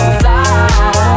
fly